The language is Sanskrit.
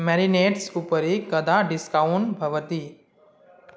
मारिनेड्स् उपरि कदा डिस्कौण्ट् भवति